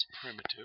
primitive